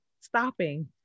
stopping